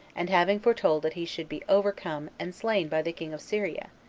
and having foretold that he should be overcome and slain by the king of syria,